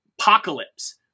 Apocalypse